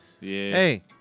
Hey